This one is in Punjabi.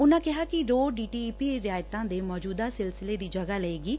ਉਨਾਂ ਕਿਹਾ ਕਿ ro D T E P ਰਿਆਇਤਾਂ ਦੇ ਮੌਜੂਦਾ ਸਿਲਸਿਲੇ ਦੀ ਜਗ੍ਹਾ ਲਏਗੀ